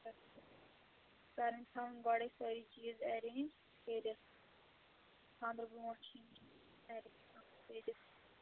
confirm گۄڈے سٲری چیٖز ایرینٛج کٔرِتھ خانٛدرٕ برٛونٛٹھ چھُ ایرینٛج کٔرِتھ